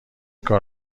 کار